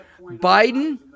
Biden